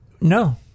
No